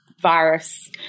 virus